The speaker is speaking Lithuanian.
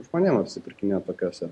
žmonėm apsipirkinėt tokiose